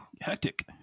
hectic